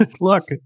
Look